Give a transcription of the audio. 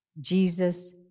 Jesus